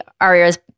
Aria's